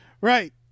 Right